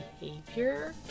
behavior